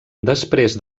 després